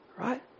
Right